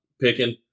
picking